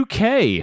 UK